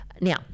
Now